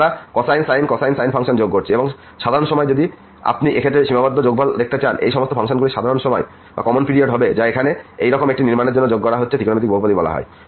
আমরা cosine sin cosine sine function যোগ করছি এবং সাধারণ সময় যদি আপনি এই ক্ষেত্রে এই সীমাবদ্ধ যোগফল দেখতে চান এই সমস্ত ফাংশনগুলির সাধারণ সময় হবে যা এখানে এইরকম একটি নির্মাণের জন্য যোগ করা হচ্ছে ত্রিকোণমিতিক বহুপদী বলা হয়